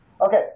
okay